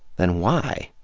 then, why?